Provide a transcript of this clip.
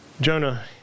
Jonah